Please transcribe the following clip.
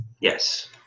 Yes